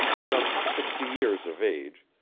some sixty years of age,